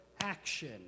action